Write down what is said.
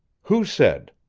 who said?